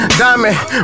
diamond